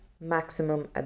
maximum